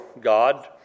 God